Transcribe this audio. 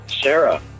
Sarah